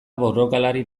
borrokalari